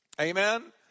amen